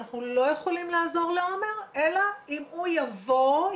אנחנו לא יכולים לעזור לעומר אלא אם הוא יבוא,